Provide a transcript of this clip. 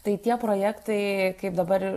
tai tie projektai kaip dabar